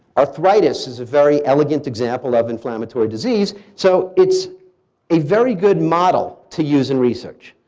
arthritis is a very elegant example of inflammatory disease. so it's a very good model to use in research.